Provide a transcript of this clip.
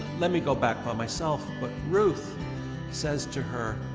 let me go back by myself. but ruth says to her,